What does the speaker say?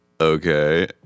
okay